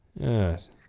Yes